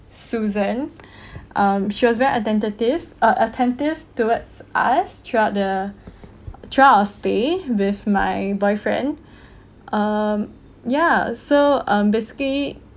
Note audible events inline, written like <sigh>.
susan <breath> um she was very attentive uh attentive towards us throughout the throughout our stay with my boyfriend <breath> um yeah so um basically